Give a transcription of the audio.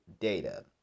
data